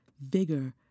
vigor